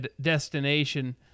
destination